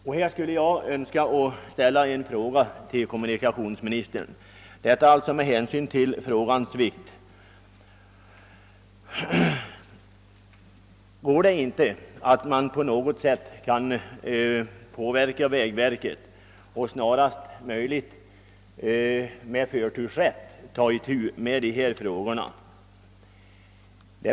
Med hänsyn till ärendets vikt vill jag fråga kommunikationsministern: Går det inte att på något sätt påverka vägverket så att det med förtur tar itu med dessa frågor?